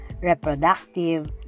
reproductive